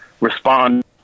respond